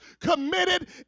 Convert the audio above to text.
committed